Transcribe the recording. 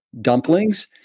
dumplings